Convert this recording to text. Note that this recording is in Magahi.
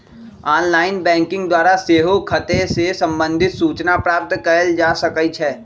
ऑनलाइन बैंकिंग द्वारा सेहो खते से संबंधित सूचना प्राप्त कएल जा सकइ छै